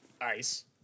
Ice